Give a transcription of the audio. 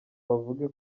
bavuge